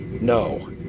no